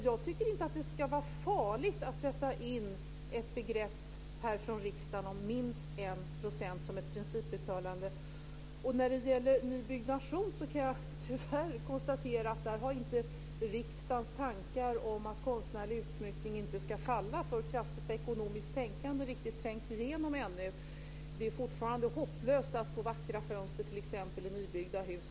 Jag tycker inte att det skulle vara farligt om riksdagen infogade ett principuttalande om minst När det gäller nybyggnation kan jag tyvärr konstatera att riksdagens tankar om att konstnärlig utsmyckning inte ska falla för krasst ekonomiskt tänkande inte riktigt har trängt igenom ännu. Det är fortfarande hopplöst att t.ex. få vackra fönster i nybyggda hus.